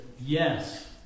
yes